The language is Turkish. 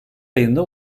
ayında